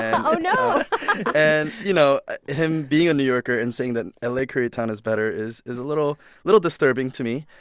um you know and you know him being a new yorker and saying that la koreatown is better is a little little disturbing to me.